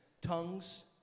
tongues